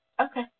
Okay